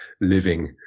living